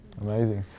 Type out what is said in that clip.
Amazing